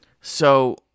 So-